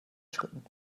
schritten